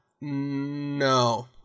no